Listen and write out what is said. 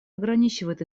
ограничивает